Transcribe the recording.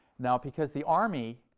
now, because the army,